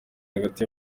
hagati